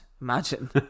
Imagine